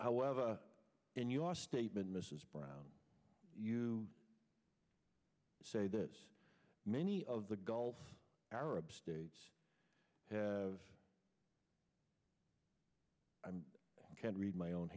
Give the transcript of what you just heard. however in your statement mrs brown you say that many of the gulf arab states have i'm can read my own